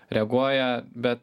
reaguoja bet